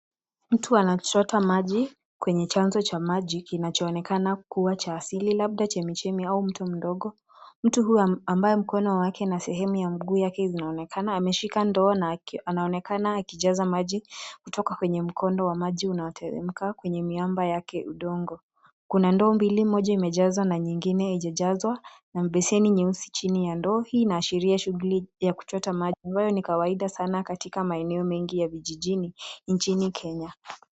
Mtu anachota maji kwenye chanzo cha maji kinachoonekana kuwa cha asili, labda chemi chemi au mto mdogo. Mtu huyu ambaye mkono wake na sehemu ya mguu yake inaonekana, ameshika ndoo na anaonekana akijaza maji kutoka kwenye mkondo wa maji unaoteremka kwenye miamba yake udongo. Kuna ndoo mbili moja imejazwa na nyingine ijajazwa na beseni nyeusi chini ndoo. Hii inaashiria shuguli ya kuchota maji, ambayo nikawaida sana katika maeneo mengi ya vijijini inchini kenya.